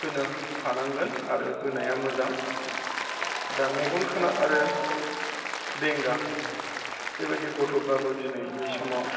होनो हानांगोन आरो होनाया मोजां दा मेगन खाना आरो बेंगा बेबायदि गथ'फ्राबो दिनैनि समाव